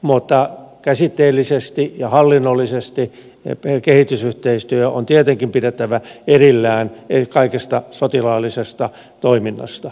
mutta käsitteellisesti ja hallinnollisesti kehitysyhteistyö on tietenkin pidettävä erillään kaikesta sotilaallisesta toiminnasta